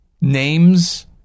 Names